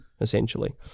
Essentially